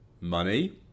money